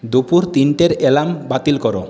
দুপুর তিনটের অ্যালার্ম বাতিল করো